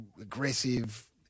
aggressive